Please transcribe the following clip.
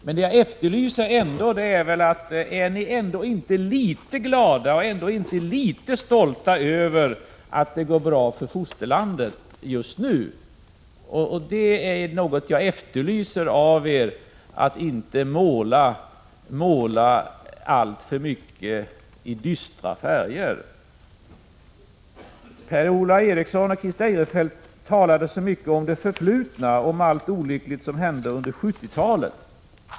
Men jag undrar ändå: Är ni inte litet glada och litet stolta över att det går bra för fosterlandet just nu? Detta är någonting som jag efterlyser hos er, och jag vill att ni inte alltför mycket skall måla i dystra färger. Per-Ola Eriksson och Christer Eirefelt talade mycket om det förflutna och om allt olyckligt som hände under 70-talet.